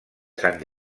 sant